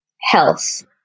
Health